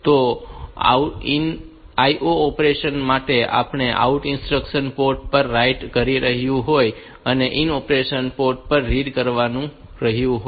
તો IO operation માટે પણ OUT ઇન્સ્ટ્રક્શન પોર્ટ પર રાઈટ કરી રહ્યું હોય છે અને IN ઑપરેશન પોર્ટ પરથી રીડ કરી રહ્યું હોય છે